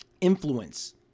influence